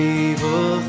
evil